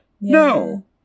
No